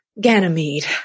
Ganymede